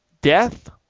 death